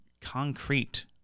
concrete